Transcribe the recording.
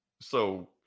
So-